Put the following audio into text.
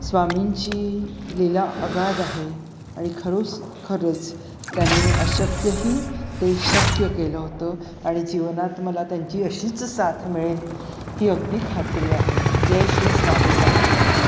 स्वामींची लीला अगाध आहे आणि खरोस खरंच त्यांनी अशक्यही ते शक्य केलं होतं आणि जीवनात मला त्यांची अशीच साथ मिळेल ही अगदी खात्री आहे जय श्री स्वामी समर्थ